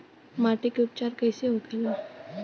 माटी के उपचार कैसे होखे ला?